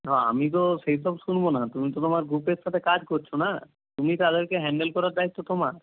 না আমি তো সেই সব শুনব না তুমি তো তোমার গ্রুপের সাথে কাজ করছ না তুমি তাদেরকে হ্যান্ডল করার দায়িত্ব তোমার